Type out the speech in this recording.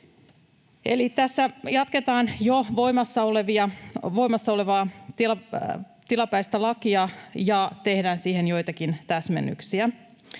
tässä jatketaan jo voimassa olevaa tilapäistä lakia ja tehdään siihen joitakin täsmennyksiä;